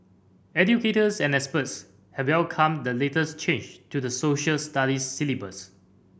educators and experts have welcomed the latest change to the Social Studies syllabus